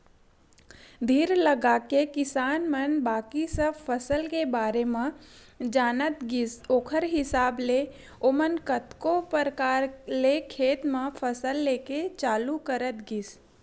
धीर लगाके किसान मन बाकी सब फसल के बारे म जानत गिस ओखर हिसाब ले ओमन कतको परकार ले खेत म फसल लेके चालू करत गिस